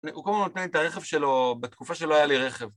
הוא קודם נותן לי את הרכב שלו, בתקופה שלא היה לי רכב.